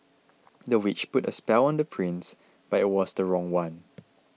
the witch put a spell on the prince but it was the wrong one